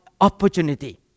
opportunity